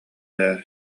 даа